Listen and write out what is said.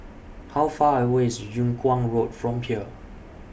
How Far away IS Yung Kuang Road from here